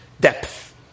depth